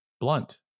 blunt